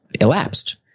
elapsed